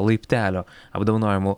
laiptelio apdovanojimų